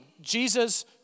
Jesus